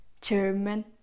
German